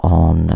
on